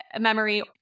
memory